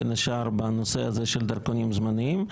בין השאר בנושא הזה של דרכונים זמניים.